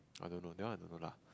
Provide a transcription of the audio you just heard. I don't know that one I don't know lah